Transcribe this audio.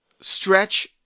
Stretch